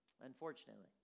Unfortunately